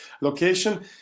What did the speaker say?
location